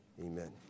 amen